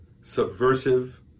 subversive